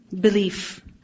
Belief